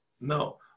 No